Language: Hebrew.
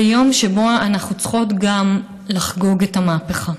זה יום שבו אנחנו צריכות גם לחגוג את המהפכה,